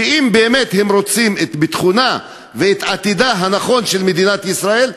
שאם באמת הם רוצים את ביטחונה ואת עתידה הנכון של מדינת ישראל,